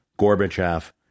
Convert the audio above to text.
Gorbachev